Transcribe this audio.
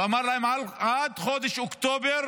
אמר להם, עד חודש אוקטובר